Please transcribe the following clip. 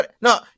No